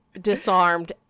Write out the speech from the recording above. disarmed